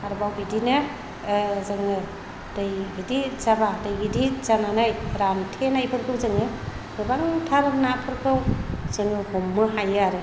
आरोबाव बिदिनो जोङो दै गिदिर जाब्ला दै गिदिर जानानै रानथेनायफोरखौ जोङो गोबांथार नाफोरखौ जोङो हमनो हायो आरो